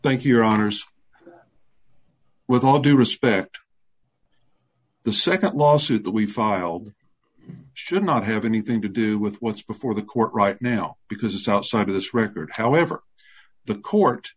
thank your honour's with all due respect the nd lawsuit that we filed should not have anything to do with what's before the court right now because it's outside of this record however the court